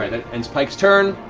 ends pike's turn.